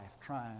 trying